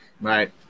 Right